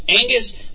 Angus